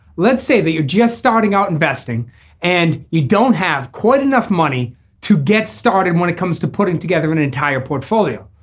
let's say that you're just starting out investing and you don't have quite enough money to get started when it comes to putting together an entire portfolio.